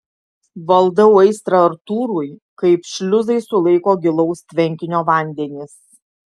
valdau aistrą artūrui kaip šliuzai sulaiko gilaus tvenkinio vandenis